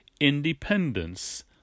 independence